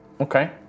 Okay